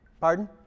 Pardon